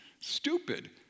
stupid